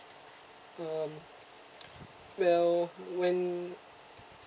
um well when